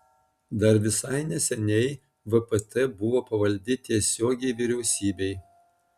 dar visai neseniai vpt buvo pavaldi tiesiogiai vyriausybei